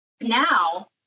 Now